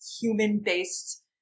human-based